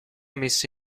messa